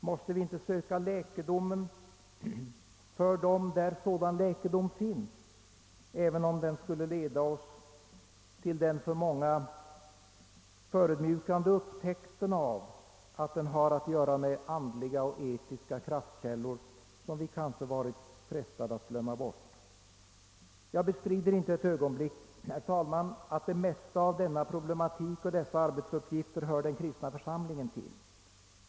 Måste vi inte söka läkedomen för dem där sådan läkedom finns, även om sökandet skulle leda oss till den för många förödmjukande upptäckten att den har att göra med andliga och etiska kraftkällor, som vi ofta varit frestade att glömma bort. Jag bestrider inte ett ögonblick, herr talman, att det mesta av denna problematik och dessa arbetsuppgifter hör den kristna församlingen till.